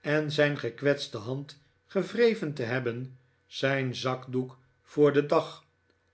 en zijn gekwetste hand gewreven te hebben zijn zakdoek voor den dag